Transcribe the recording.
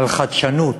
על חדשנות,